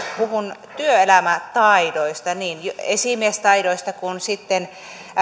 puhun työelämätaidoista niin esimiestaidoista kuin sitten